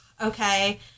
okay